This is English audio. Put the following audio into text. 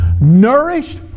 Nourished